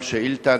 כל שאילתא,